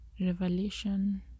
Revelation